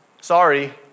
sorry